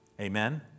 Amen